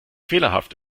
fehlerhaft